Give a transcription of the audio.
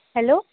hello